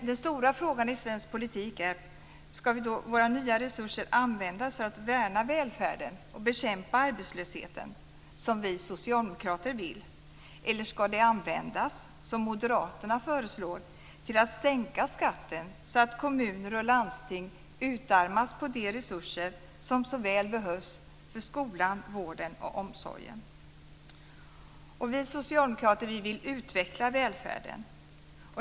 Den stora frågan i svensk politik är: Skall våra nya resurser användas för att värna välfärden och bekämpa arbetslösheten, som vi socialdemokrater vill, eller skall de användas, som Moderaterna föreslår, till att sänka skatten så att kommuner och landsting utarmas på de resurser som så väl behövs för skolan, vården och omsorgen? Vi socialdemokrater vill utveckla välfärden.